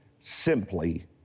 Simply